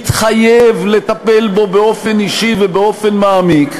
התחייב לטפל בו באופן אישי ובאופן מעמיק.